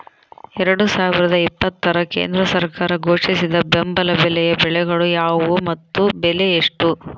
ಎರಡು ಸಾವಿರದ ಇಪ್ಪತ್ತರ ಕೇಂದ್ರ ಸರ್ಕಾರ ಘೋಷಿಸಿದ ಬೆಂಬಲ ಬೆಲೆಯ ಬೆಳೆಗಳು ಯಾವುವು ಮತ್ತು ಬೆಲೆ ಎಷ್ಟು?